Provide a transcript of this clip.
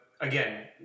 again